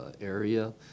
area